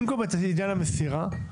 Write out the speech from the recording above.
במקום לעניין המסירה,